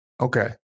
okay